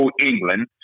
England